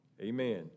amen